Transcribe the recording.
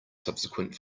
subsequent